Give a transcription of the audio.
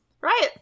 Right